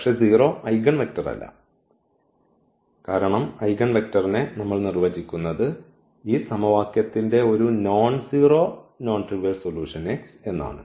പക്ഷേ 0 ഐഗൺവെക്റ്റർ അല്ല കാരണം ഐഗൺവെക്റ്റർനെ നമ്മൾ നിർവചിക്കുന്നത് ഈ സമവാക്യത്തിന്റെ ഒരു nonzero non trivial solution x എന്നാണ്